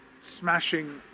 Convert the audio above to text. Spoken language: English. smashing